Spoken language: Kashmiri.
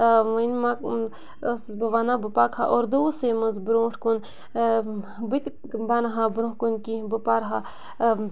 وٕنہِ ما ٲسٕس بہٕ وَنان بہٕ پَکہٕ ہا اُردو وَسٕے منٛز برونٛٹھ کُن بہٕ تہِ بَنہٕ ہا برٛونٛہہ کُن کیٚنٛہہ بہٕ پَرٕ ہا